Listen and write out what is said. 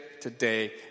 today